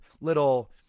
little